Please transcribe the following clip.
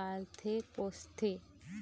पालथे पोसथे